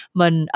mình